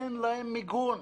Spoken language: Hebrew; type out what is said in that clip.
אין להם מיגון,